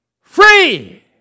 free